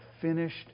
finished